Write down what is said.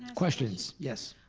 questions? yes.